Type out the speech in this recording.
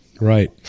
Right